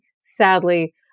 Sadly